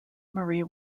marie